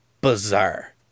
bizarre